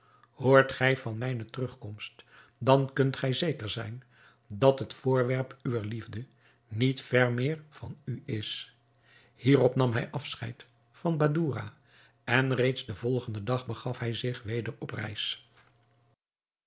hoort gij van mijne terugkomst dan kunt gij zeker zijn dat het voorwerp uwer liefde niet ver meer van u is hierop nam hij afscheid van badoura en reeds den volgenden dag begaf hij zich weder op reis